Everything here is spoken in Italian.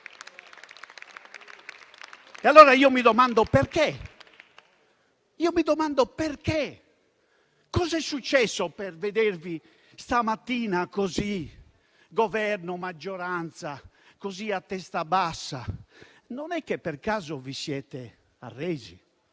E allora io mi domando perché, cosa è successo per vedervi stamattina, Governo e maggioranza, così a testa bassa. Non è che per caso vi siete arresi?